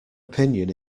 opinion